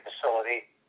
facility